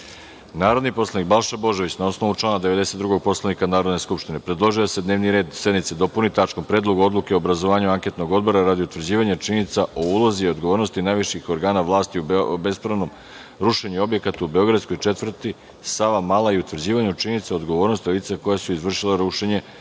predlog. Narodni poslanik Balša Božović na osnovu člana 92. Poslovnika Narodne skupštine, predložio je da se dnevni red sednice dopuni tačkom – Predlog odluke o obrazovanju anketnog odbora radi utvrđivanja činjenica o ulozi i odgovornosti najviših organa vlasti o bespravnom rušenju objekata u Beogradskoj četvrti „Savamala“ i utvrđivanju činjenica o odgovornosti lica koja su izvršila rušenje navedenih